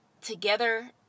together